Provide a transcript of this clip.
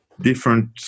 different